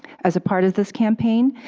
as a part of this campaign,